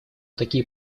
такие